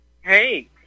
hey